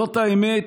זאת האמת,